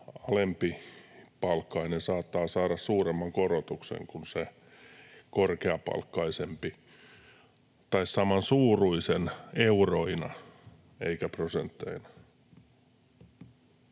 alempipalkkainen saattaa saada suuremman korotuksen kuin se korkeampipalkkainen tai samansuuruisen euroina eikä prosentteina.